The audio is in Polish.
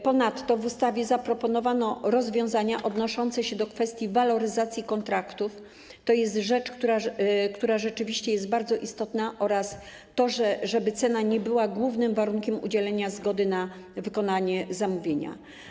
Ponadto w ustawie zaproponowano rozwiązania odnoszące się do kwestii waloryzacji kontraktów - to jest rzecz, która rzeczywiście jest bardzo istotna - oraz to, żeby cena nie była głównym warunkiem udzielenia zgody na wykonanie zamówienia.